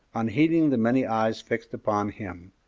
unheeding the many eyes fixed upon him,